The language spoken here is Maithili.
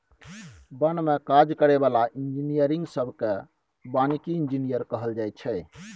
बन में काज करै बला इंजीनियरिंग सब केँ बानिकी इंजीनियर कहल जाइ छै